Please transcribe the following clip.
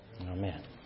Amen